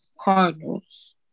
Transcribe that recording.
Cardinals